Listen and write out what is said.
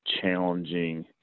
challenging